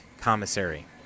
commissary